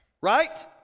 Right